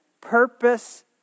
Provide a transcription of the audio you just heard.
purpose